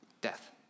death